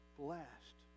blessed